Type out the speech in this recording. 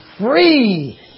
free